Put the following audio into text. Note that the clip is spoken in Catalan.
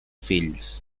fills